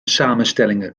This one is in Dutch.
samenstellingen